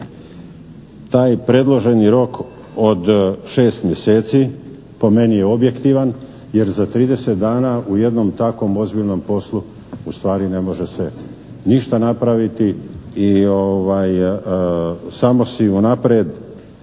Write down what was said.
taj predloženi rok od 6 mjeseci po meni je objektivan jer za 30 dana u jednom takvom ozbiljnom poslu ustvari ne može se ništa napraviti i samo si unaprijed